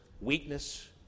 weakness